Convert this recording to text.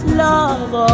love